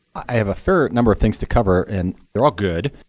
i have a fair number of things to cover, and they're all good.